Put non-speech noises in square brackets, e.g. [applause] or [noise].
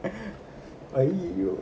[laughs] ஐயோ:iyoo